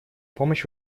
помощь